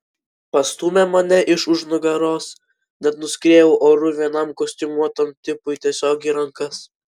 pastūmė mane iš už nugaros net nuskriejau oru vienam kostiumuotam tipui tiesiog į rankas